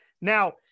Now